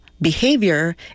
Behavior